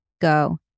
go